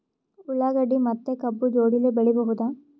ಉಳ್ಳಾಗಡ್ಡಿ ಮತ್ತೆ ಕಬ್ಬು ಜೋಡಿಲೆ ಬೆಳಿ ಬಹುದಾ?